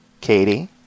Katie